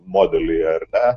modelyje ar ne